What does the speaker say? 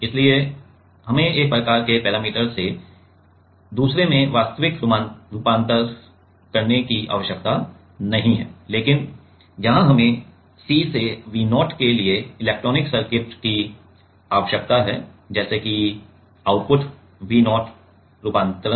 इसलिए हमें एक प्रकार के पैरामीटर से दूसरे में वास्तविक रूपांतरण की आवश्यकता नहीं है लेकिन यहां हमें C से V0 के लिए इलेक्ट्रॉनिक्स सर्किट की आवश्यकता है जैसे कि आउटपुट V शून्य रूपांतरण